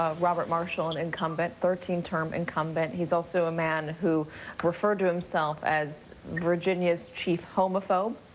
robert marshall, an incumbent, thirteen-term incumbent. he's also a man who referred to himself as virginia's chief homophobe.